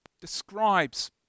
describes